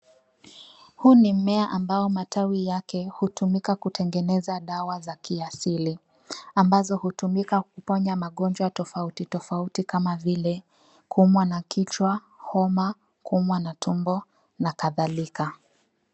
Huu ni mmea ambao matawi yake hutumika kutengeneza dawa za kiasili ambazo hutumika kuponya magonjwa tofauti tofauti kama vile kuumwa na kichwa, homa, kuumwa na tumbo na kadhalika.